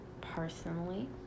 personally